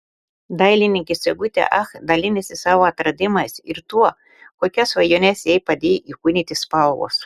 dailininkė sigutė ach dalinasi savo atradimais ir tuo kokias svajones jai padėjo įkūnyti spalvos